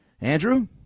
Andrew